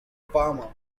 farmer